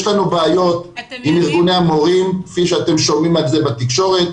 יש לנו בעיות עם ארגוני המורים כפי שאתם שומעים על כך בתקשורת,